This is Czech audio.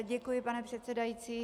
Děkuji, pane předsedající.